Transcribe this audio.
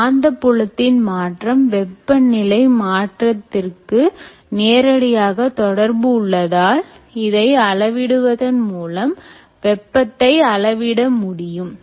காந்தப் புலத்தின் மாற்றம் வெப்பநிலை மாற்றத்திற்கு நேரடி தொடர்பு உள்ளதால் இதை அளவிடுவதன் மூலம் வெப்பத்தை அளவிட முடியும்